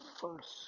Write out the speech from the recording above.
first